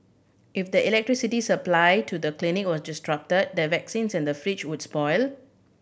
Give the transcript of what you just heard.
if the electricity supply to the clinic was disrupted the vaccines in the fridge would spoil